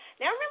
Now